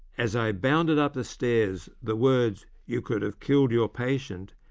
as i bounded up the stairs the words, you could have killed your patient,